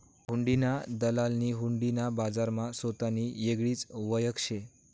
हुंडीना दलालनी हुंडी ना बजारमा सोतानी येगळीच वयख शे